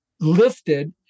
lifted